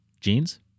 Jeans